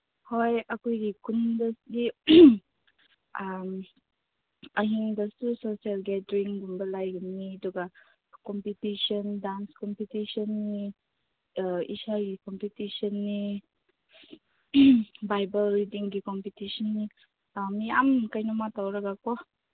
ꯍꯣꯏ ꯑꯩꯈꯣꯏꯒꯤ ꯈꯨꯟꯗꯗꯤ ꯑꯍꯤꯡꯗꯁꯨ ꯁꯣꯁꯦꯜ ꯒꯦꯗ꯭ꯔꯤꯡꯒꯨꯝꯕ ꯂꯩꯕꯅꯤ ꯑꯗꯨꯒ ꯀꯣꯝꯄꯤꯇꯤꯁꯟ ꯗꯥꯟꯁ ꯀꯣꯝꯄꯤꯇꯤꯁꯟꯅꯤ ꯏꯁꯩ ꯀꯣꯝꯄꯤꯇꯤꯁꯟꯅꯤ ꯕꯥꯏꯕꯜ ꯔꯤꯗꯤꯡꯒꯤ ꯀꯣꯝꯄꯤꯇꯤꯁꯟ ꯃꯌꯥꯝ ꯀꯩꯅꯣ ꯑꯃ ꯇꯧꯔꯒꯀꯣ